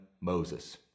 moses